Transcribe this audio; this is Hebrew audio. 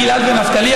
גל-עד ונפתלי,